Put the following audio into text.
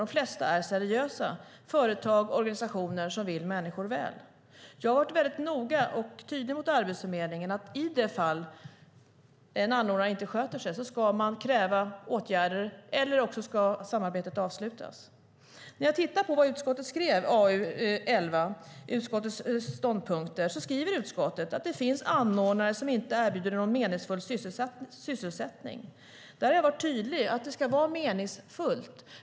De flesta är seriösa företag och organisationer som vill människor väl. Jag har varit väldigt noga och tydlig mot Arbetsförmedlingen. I det fall en anordnare inte sköter sig ska man kräva åtgärder, eller så ska samarbetet avslutas. När jag tittar på utskottets ståndpunkter i AU11 skriver utskottet att det finns anordnare som inte erbjuder någon meningsfull sysselsättning. Där har jag varit tydlig. Det ska vara meningsfullt.